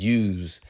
use